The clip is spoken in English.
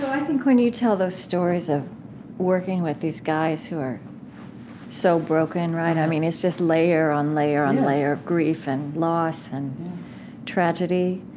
i think, when you tell those stories of working with these guys who are so broken, right, i mean it's just layer on layer on layer of grief and loss and tragedy,